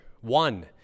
One